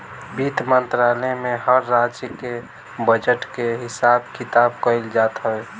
वित्त मंत्रालय में हर राज्य के बजट के हिसाब किताब कइल जात हवे